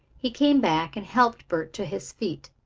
he came back and helped bert to his feet.